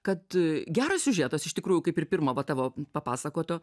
kad geras siužetas iš tikrųjų kaip ir pirmo va tavo papasakoto